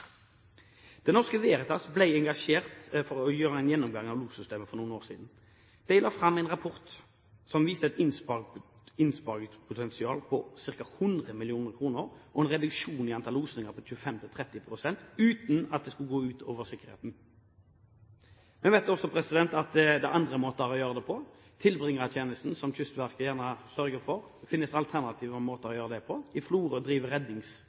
Det Norske Veritas ble engasjert for å gjøre en gjennomgang av lossystemet for noen år siden. De la fram en rapport som viste et innsparingspotensial på ca. 100 mill. kr og en reduksjon i antall losinger på 25–30 pst., uten at det skulle gå ut over sikkerheten. Vi vet også at det er andre måter å gjøre det på. Når det gjelder tilbringertjenesten, som Kystverket gjerne sørger for, finnes det alternative måter å gjøre det på. I Florø driver Redningsselskapet den tjenesten og